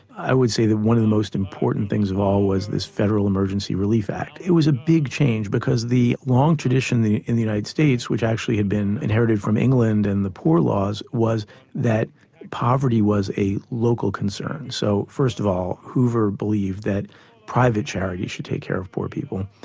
i would say that one of the most important things of all was this federal emergency relief act. it was a big change, because the long tradition in the united states, which actually had been inherited from england and the poor laws was that poverty was a local concern. so first of all, hoover believed that private charity should take care of poor people,